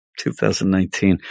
2019